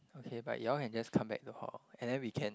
okay but you all can just come back to hall and then we can